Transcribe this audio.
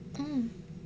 mm